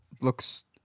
looks